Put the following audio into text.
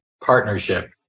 partnership